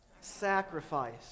Sacrifice